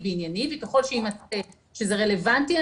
וככל שיימצא שזה רלוונטי,